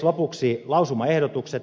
lopuksi lausumaehdotukset